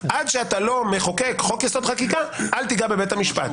עד שאתה לא מחוקק חוק-יסוד: חקיקה אל תיגע בבית המשפט.